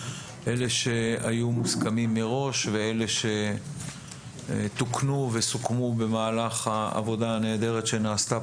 אלה שהיו מוסכמים מראש ואלה שתוקנו וסוכמו במהלך העבודה הנהדרת שנעשתה